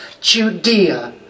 Judea